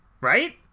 Right